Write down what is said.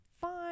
fine